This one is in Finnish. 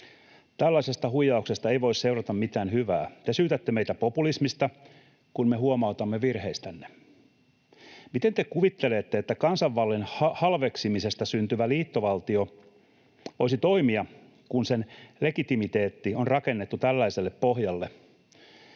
Tällaisesta huijauksesta ei voi seurata mitään hyvää. Te syytätte meitä populismista, kun me huomautamme virheistänne. Miten te kuvittelette, että kansanvallan halveksimisesta syntyvä liittovaltio voisi toimia, kun sen legitimiteetti on rakennettu tällaiselle pohjalle?